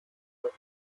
were